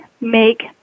make